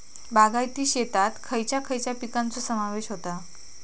बागायती शेतात खयच्या खयच्या पिकांचो समावेश होता?